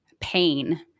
pain